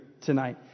tonight